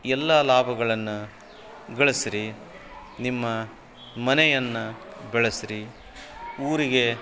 ಎಲ್ಲ ಲಾಭಗಳನ್ನು ಗಳಿಸ್ರಿ ನಿಮ್ಮ ಮನೆಯನ್ನು ಬೆಳೆಸ್ರಿ ಊರಿಗೆ